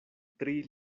tri